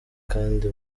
kandi